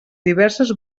diverses